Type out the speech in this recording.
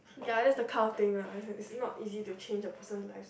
ya that's the kind of the thing lah is not easy to change a person life